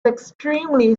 extremely